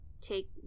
take